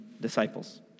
disciples